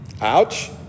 Ouch